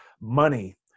money